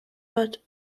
but